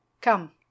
come